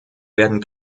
werden